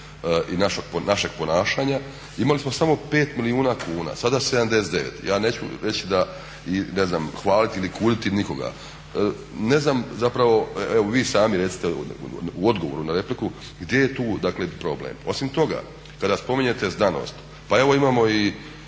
i našeg ponašanja, imali smo samo 5 milijuna kuna, sada 79. Ja neću reći da, ne znam hvaliti ili kuditi nikoga. Ne znam zapravo, evo vi sami recite u odgovoru na repliku gdje je tu dakle problem? Osim toga, kada spominjete znanost pa evo imamo i